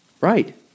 Right